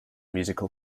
musical